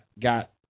got